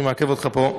שאני מעכב אותך פה,